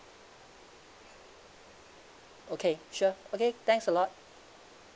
okay sure okay thanks a lot